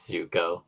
Zuko